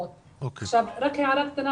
איך אפשר להתקיים?